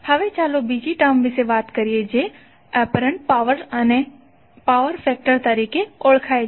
હવે ચાલો બીજી ટર્મ વિશે વાત કરીએ જે એપરન્ટ પાવર અને પાવર ફેક્ટર તરીકે ઓળખાય છે